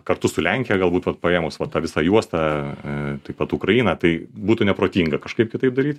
kartu su lenkija galbūt vat paėmus va tą visą juostą taip pat ukraina tai būtų neprotinga kažkaip kitaip daryt